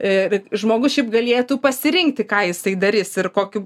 ir žmogus šiaip galėtų pasirinkti ką jis tai darys ir kokiu